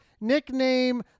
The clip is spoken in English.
nickname